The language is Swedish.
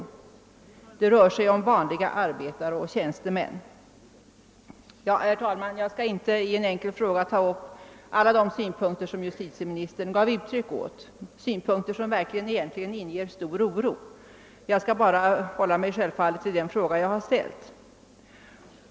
Vanligen rör det sig om arbetare och tjänstemän. Jag skall inte nu vid besvarandet av en enkel fråga ta upp alla de synpunkter som justitieministern gav uttryck åt och som verkligen inger stor oro. I stället skall jag självfallet hålla mig till den fråga jag ställt.